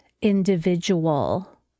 individual